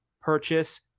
purchase